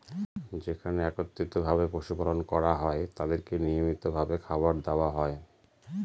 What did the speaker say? যেখানে একত্রিত ভাবে পশু পালন করা হয় তাদেরকে নিয়মিত ভাবে খাবার দেওয়া হয়